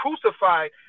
crucified